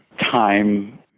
time